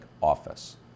office